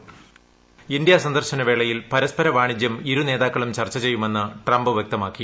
voice India സന്ദർശന വേളയിൽ പരസ്പര വാണിജ്യം ഇരു നേതാക്കളും ചർച്ച ചെയ്യുമെന്ന് ട്രംപ് വ്യക്തമാക്കി